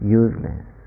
useless